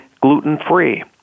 gluten-free